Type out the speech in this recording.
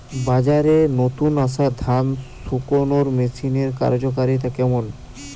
বাজারে নতুন আসা ধান শুকনোর মেশিনের কার্যকারিতা কেমন?